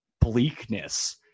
bleakness